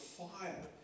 fire